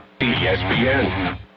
ESPN